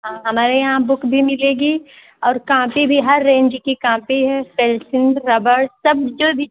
हाँ हमारे यहाँ बुक भी मिलेगी और काँपी भी हर रेन्ज की काँपी है पेल्सिन रबड़ सब जो भी